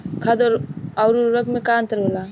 खाद्य आउर उर्वरक में का अंतर होला?